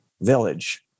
village